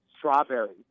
strawberries